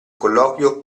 colloquio